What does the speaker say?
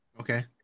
okay